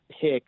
pick